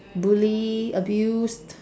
bully abused